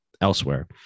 elsewhere